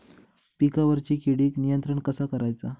पिकावरची किडीक नियंत्रण कसा करायचा?